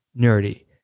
nerdy